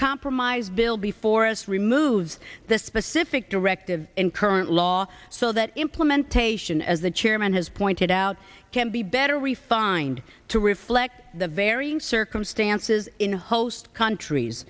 compromise bill before us removes the specific directive in current law so that implementation as the chairman has pointed out can be a refined to reflect the varying circumstances in host countries